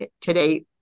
today